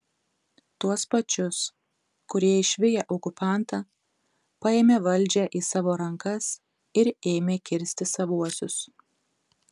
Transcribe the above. tuos pačius kurie išviję okupantą paėmė valdžią į savo rankas ir ėmė kirsti savuosius